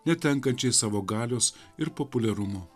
netenkančiai savo galios ir populiarumo